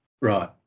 Right